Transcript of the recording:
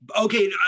Okay